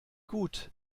gut